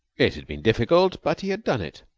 it had been difficult, but he had done it.